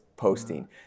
posting